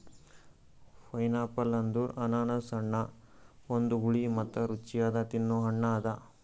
pineapple ಅಂದುರ್ ಅನಾನಸ್ ಹಣ್ಣ ಒಂದು ಹುಳಿ ಮತ್ತ ರುಚಿಯಾದ ತಿನ್ನೊ ಹಣ್ಣ ಅದಾ